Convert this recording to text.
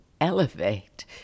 Elevate